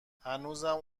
هنوزم